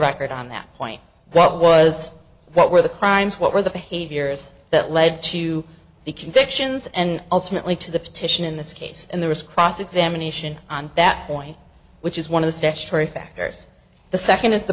record on that point that was what were the crimes what were the behaviors that led to the convictions and ultimately to the petition in this case and the risk cross examination on that point which is one of the statutory factors the second is the